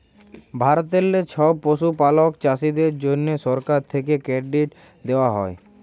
ভারতেললে ছব পশুপালক চাষীদের জ্যনহে সরকার থ্যাকে কেরডিট দেওয়া হ্যয়